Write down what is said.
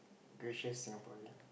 gracious Singaporean